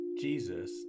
Jesus